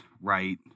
right